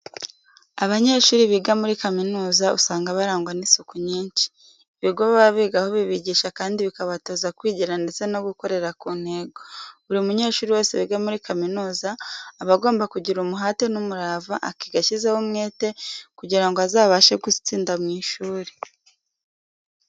Abanyeshuri biga muri kaminuza usanga barangwa n'isuku nyinshi. Ibigo baba bigaho bibigisha kandi bikabatoza kwigira ndetse no gukorera ku ntego. Buri munyeshuri wese wiga muri kaminuza, aba agomba kugira umuhate n'umurava akiga ashyizeho umwete kugira ngo azabashe gutsinda mu ishuri.